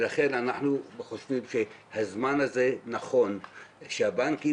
ולכן אנחנו חושבים שהזמן הזה נכון שהבנקים